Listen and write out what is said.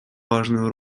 важную